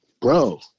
bro